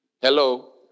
Hello